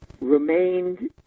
remained